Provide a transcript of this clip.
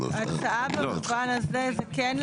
ההצעה במובן הזה זה כן,